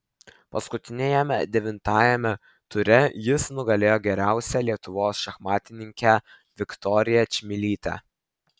paskutiniajame devintajame ture jis nugalėjo geriausią lietuvos šachmatininkę viktoriją čmilytę